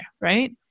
right